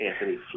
Anthony